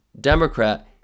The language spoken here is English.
Democrat